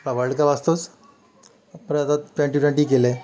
ता world cup असतोच परत आता ट्वेंटी ट्वेंटी केले